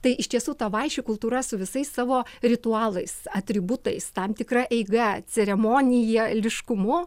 tai iš tiesų ta vaišių kultūra su visais savo ritualais atributais tam tikra eiga ceremonija eiliškumu